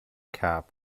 cap